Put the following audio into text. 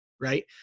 right